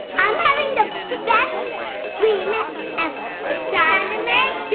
i'm having the best dream ever. it's time to and